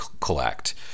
collect